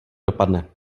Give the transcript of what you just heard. dopadne